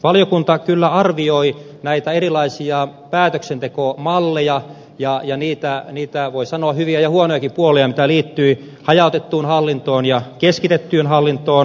valiokunta kyllä arvioi näitä erilaisia päätöksentekomalleja ja niitä voi sanoa hyviä ja huonojakin puolia mitä liittyy hajautettuun hallintoon ja keskitettyyn hallintoon